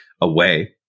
away